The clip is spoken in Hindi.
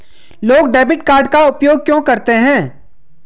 लोग डेबिट कार्ड का उपयोग क्यों करते हैं?